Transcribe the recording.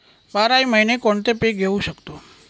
बाराही महिने कोणते पीक घेवू शकतो?